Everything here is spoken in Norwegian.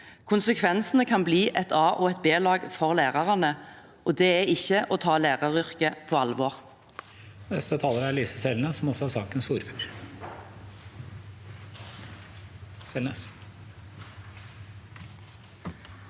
Konsekvensene kan bli et a-lag og et b-lag for lærerne. Det er ikke å ta læreryrket på alvor.